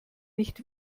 nicht